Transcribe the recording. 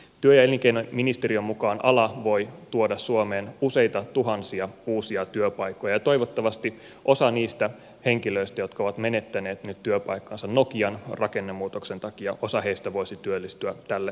työ ja elinkeinoministeriön mukaan ala voi tuoda suomeen useita tuhansia uusia työpaikkoja ja toivottavasti osa niistä henkilöistä jotka ovat menettäneet nyt työpaikkansa nokian rakennemuutoksen takia voisi työllistyä tälle kasvavalle alalle